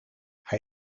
hij